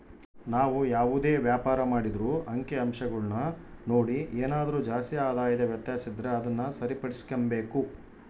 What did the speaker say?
ನಾವು ಯಾವುದೇ ವ್ಯಾಪಾರ ಮಾಡಿದ್ರೂ ಅಂಕಿಅಂಶಗುಳ್ನ ನೋಡಿ ಏನಾದರು ಜಾಸ್ತಿ ಆದಾಯದ ವ್ಯತ್ಯಾಸ ಇದ್ರ ಅದುನ್ನ ಸರಿಪಡಿಸ್ಕೆಂಬಕು